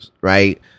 right